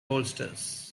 bolsters